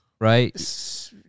right